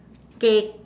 K